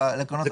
לקרנות.